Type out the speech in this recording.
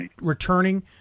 Returning